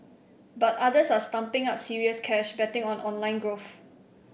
but others are stumping up serious cash betting on online growth